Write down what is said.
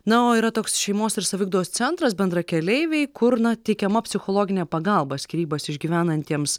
na o yra toks šeimos ir saviugdos centras bendrakeleiviai kur na teikiama psichologinė pagalba skyrybas išgyvenantiems